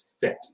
fit